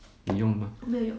你用吗